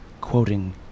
quoting